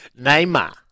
Neymar